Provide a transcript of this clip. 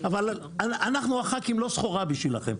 אבל אנחנו הח"כים לא סחורה בשבילכם,